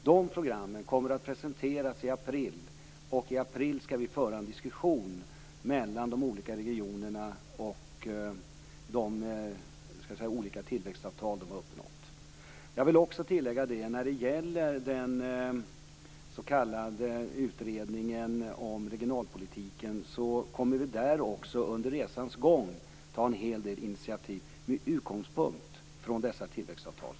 De programmen kommer att presenteras i april, då det skall föras en diskussion mellan de olika regionerna om de tillväxtavtal som de har uppnått. Jag vill tillägga att vi från utredningen om regionalpolitiken under resans gång kommer att ta en hel del initiativ med utgångspunkt i tillväxtavtalen.